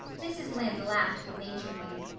mrs. lynde laughed good-naturedly.